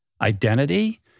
identity